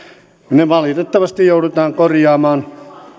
me valitettavasti joudumme korjaamaan